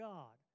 God